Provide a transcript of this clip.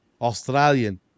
Australian